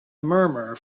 murmur